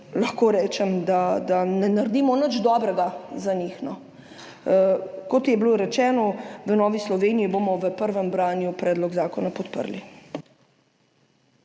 lahko rečem, da ne naredimo nič dobrega za njih. Kot je bilo rečeno, v Novi Sloveniji bomo v prvem branju predlog zakona podprli.